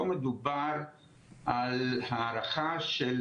פה מדובר על הארכה של